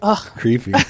Creepy